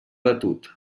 batut